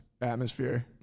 atmosphere